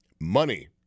money